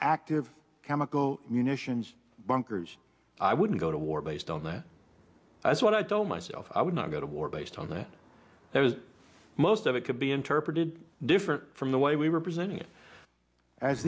active chemical munitions bunkers i wouldn't go to war based on that that's what i told myself i would not go to war based on that there was most of it could be interpreted different from the way we were present